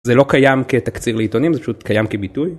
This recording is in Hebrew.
זה לא קיים כתקציב לעיתונים זה פשוט קיים כביטוי.